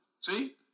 See